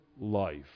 life